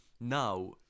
now